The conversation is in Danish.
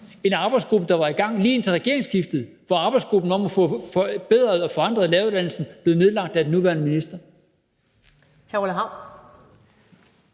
en arbejdsgruppe, der var i gang lige indtil regeringsskiftet, hvor arbejdsgruppen for at få forbedret og forandret læreruddannelsen blev nedlagt af den nuværende minister.